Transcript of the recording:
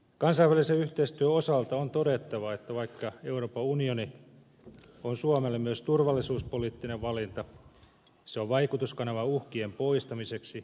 kansainvälisen yhteistyön osalta on todettava että vaikka euroopan unioni on suomelle myös turvallisuuspoliittinen valinta se on vaikutuskanava uhkien poistamiseksi